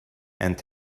and